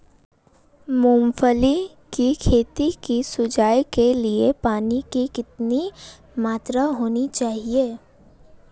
मूंगफली की खेती की सिंचाई के लिए पानी की कितनी मात्रा होनी चाहिए?